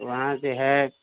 वहाँ जे है